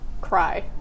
cry